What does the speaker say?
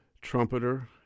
trumpeter